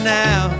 now